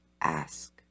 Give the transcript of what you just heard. ask